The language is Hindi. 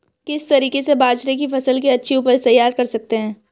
किस तरीके से बाजरे की फसल की अच्छी उपज तैयार कर सकते हैं?